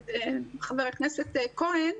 חבר הכנסת כהן,